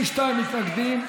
62 מתנגדים,